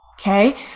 okay